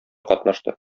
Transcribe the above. катнашты